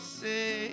say